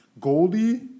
Goldie